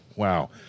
Wow